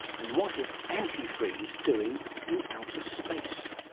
and what is antifreeze doing in outer space?